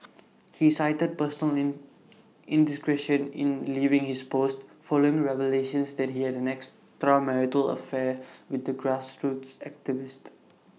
he cited personal indiscretion in leaving his post following revelations that he had an extramarital affair with the grassroots activist